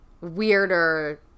weirder